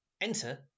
enter